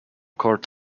court